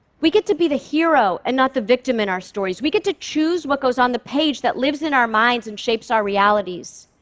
we get to be the hero and not the victim in our stories, we get to choose what goes on the page that lives in our minds and shapes our realities.